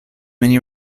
many